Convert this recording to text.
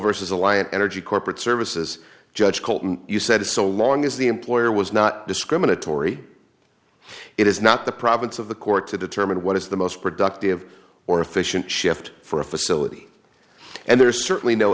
versus alliant energy corporate services judge colton you said so long as the employer was not discriminatory it is not the province of the court to determine what is the most productive or efficient shift for a facility and there's certainly no